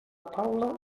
taula